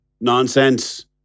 Nonsense